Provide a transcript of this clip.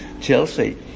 Chelsea